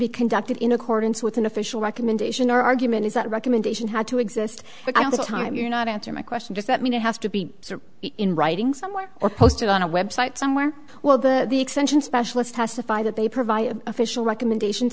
be conducted in accordance with an official recommendation our argument is that recommendation had to exist time you not answer my question does that mean it has to be in writing somewhere or posted on a website somewhere while the extension specialist testify that they provide official recommendations